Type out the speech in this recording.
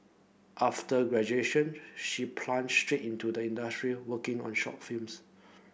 after graduation she plunged straight into the industry working on short films